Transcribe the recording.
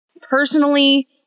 Personally